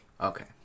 Okay